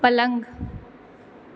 पलङ्ग